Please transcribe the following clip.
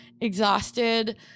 exhausted